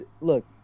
look